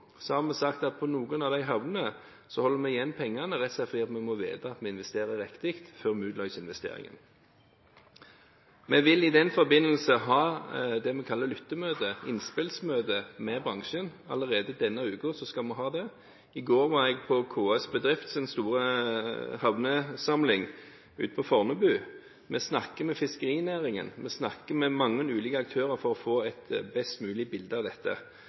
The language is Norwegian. har vi sagt at for noen av de havnene holder vi igjen pengene, rett og slett fordi vi må vite at vi investerer riktig før vi utløser investeringene. Vi vil i den forbindelse ha det vi kaller lyttemøter eller innspillsmøter med bransjen. Allerede denne uken skal vi ha det. I går var jeg på KS Bedrifts store havnesamling ute på Fornebu. Vi snakker med fiskerinæringen, og vi snakker med mange ulike aktører for å få et best mulig bilde av dette.